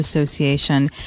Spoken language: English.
Association